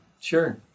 Sure